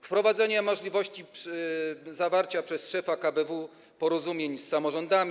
Wprowadzenie możliwości zawarcia przez szefa KBW porozumień z samorządami.